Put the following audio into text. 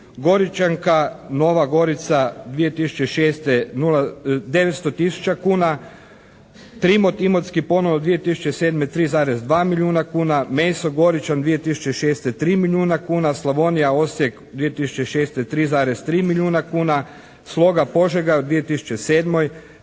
"Goričanka" Nova Gorica 2006. 900 tisuća kuna, "Trimot" Imotski ponovno 2007. 3,2 milijuna kuna, "Meso" Goričan 2006. 3 milijuna kuna, "Slavonija" Osijek 2006. 3,3 milijuna kuna, "Sloga" Požega 2007. 5